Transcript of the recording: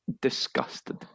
disgusted